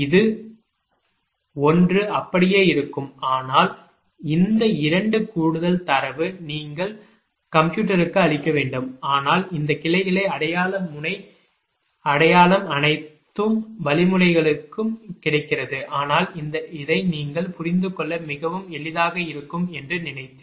இது ஒன்று அப்படியே இருக்கும் ஆனால் இந்த 2 கூடுதல் தரவு நீங்கள் கம்ப்யூட்டருக்கு அளிக்க வேண்டும் ஆனால் இந்த கிளைகள் அடையாள முனை அடையாளம் அனைத்து வழிமுறைகளுக்கும் கிடைக்கிறது ஆனால் இதை நீங்கள் புரிந்து கொள்ள மிகவும் எளிதாக இருக்கும் என்று நினைத்தேன்